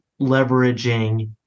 leveraging